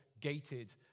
gated